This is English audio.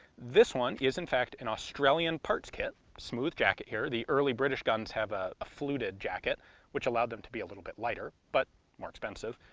this one is in fact an australian parts kit. smooth jacket here, the early british guns have ah a fluted jacket which allowed them to be a little bit lighter, but more expensive.